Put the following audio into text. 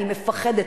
אני מפחדת,